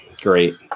Great